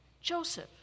Joseph